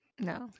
No